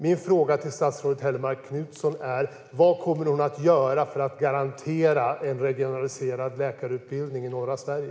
Min fråga till statsrådet Hellmark Knutsson är: Vad kommer statsrådet att göra för att garantera en regionaliserad läkarutbildning i norra Sverige?